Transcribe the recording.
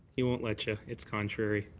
we won't let you. it's contrary.